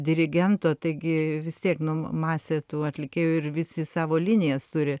dirigento taigi vis tiek nu masė tų atlikėjų ir visi savo linijas turi